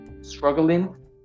struggling